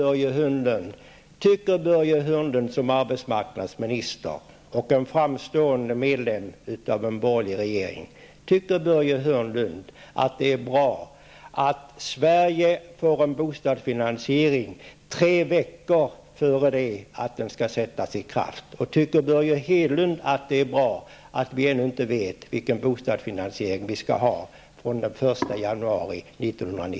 Tycker Börje Hörnlund som arbetsmarknadsminister och framstående medlem av en borgerlig regering att det är bra att Sverige får ett beslut om en bostadsfinansiering tre veckor innan den skall träda i kraft? Tycker Börje Hörnlund att det är bra att vi ännu inte vet vilken bostadsfinansiering vi skall ha från den 1 januari